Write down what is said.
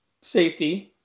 Safety